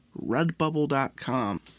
redbubble.com